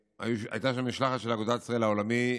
הייתה שם משלחת של אגודת ישראל העולמית: